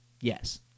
Yes